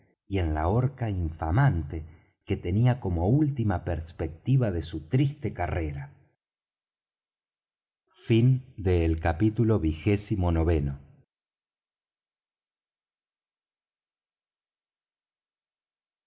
y en la horca infamante que tenía como última perspectiva de su triste carrera capítulo